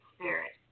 Spirit